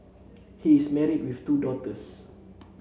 he is married with two daughters